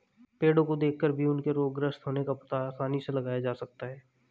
पेड़ो को देखकर भी उनके रोगग्रस्त होने का पता आसानी से लगाया जा सकता है